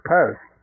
Post